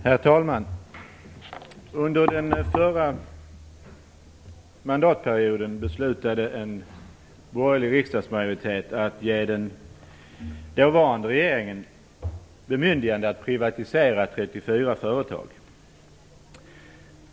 Herr talman! Under den förra mandatperioden beslutade en borgerlig riksdagsmajoritet att ge den dåvarande regeringen bemyndigande att privatisera 34 företag.